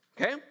Okay